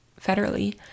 federally